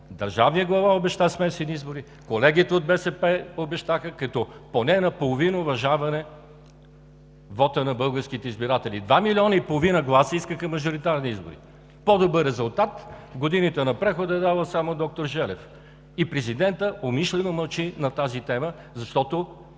държавният глава обеща смесени избори, колегите от БСП обещаха поне наполовина уважаване вота на българските избиратели. Два милиона и половина гласа искаха мажоритарни избори! По-добър резултат в годините на прехода дава само доктор Желев. И президентът умишлено мълчи на тази тема, защото